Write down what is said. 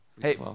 Hey